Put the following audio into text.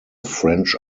french